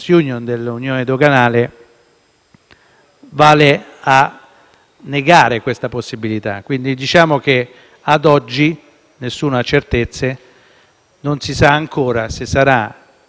vale a negare questa possibilità. Quindi, ad oggi, nessuno ha certezze. Non si sa ancora se sarà quel grandissimo fallimento che viene venduto